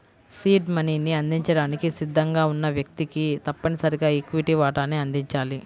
seed మనీని అందించడానికి సిద్ధంగా ఉన్న వ్యక్తికి తప్పనిసరిగా ఈక్విటీ వాటాను అందించాలి